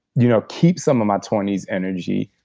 you know keep some of my twenty s energy,